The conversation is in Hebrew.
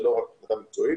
זו לא רק עמדה מקצועית,